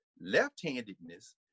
left-handedness